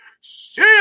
See